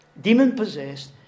demon-possessed